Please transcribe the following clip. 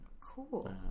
Cool